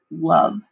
love